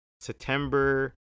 September